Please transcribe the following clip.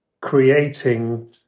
creating